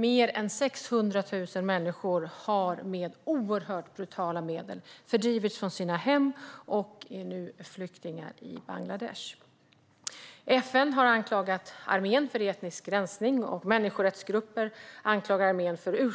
Mer än 600 000 människor har med oerhört brutala medel fördrivits från sina hem och är nu flyktingar i Bangladesh. FN har anklagat armén för etnisk resning, och människorättsgrupper anklagar armén för